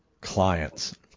clients